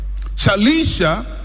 Shalisha